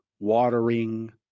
watering